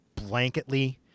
blanketly